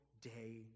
day